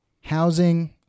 housing